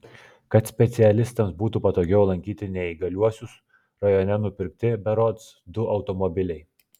kad specialistams būtų patogiau lankyti neįgaliuosius rajone nupirkti berods du automobiliai